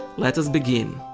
let us begin.